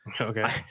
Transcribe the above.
Okay